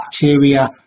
bacteria